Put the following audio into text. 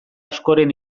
askoren